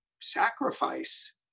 sacrifice